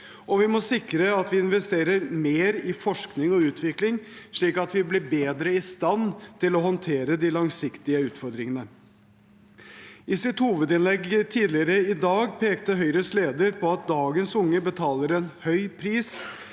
vi må sikre at vi investerer mer i forskning og utvikling, slik at vi blir bedre i stand til å håndtere de langsiktige utfordringene. I sitt hovedinnlegg tidligere i dag pekte Høyres leder på at dagens unge betaler en høy pris